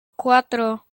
cuatro